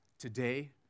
Today